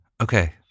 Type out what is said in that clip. Okay